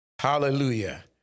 Hallelujah